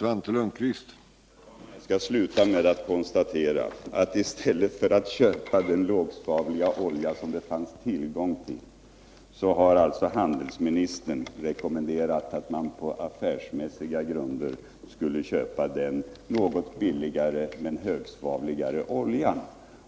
Herr talman! Jag skall sluta med att konstatera att i stället för att köpa den lågsvavliga olja som det fanns tillgång till har regeringen beslutat att man på affärsmässiga grunder skall köpa den något billigare men högsvavligare oljan.